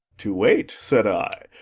to wait, said i?